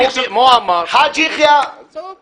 שהחוק מדלג על כל הליכי התכנון ובעצם קובע את